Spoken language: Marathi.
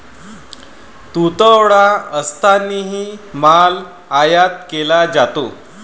तुटवडा असतानाही माल आयात केला जातो